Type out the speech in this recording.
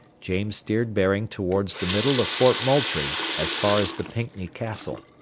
james steered bearing towards the middle of fort moultrie as far as the pickney castle,